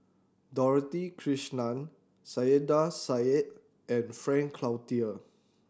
Dorothy Krishnan Saiedah Said and Frank Cloutier